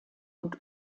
und